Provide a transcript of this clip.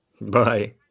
Bye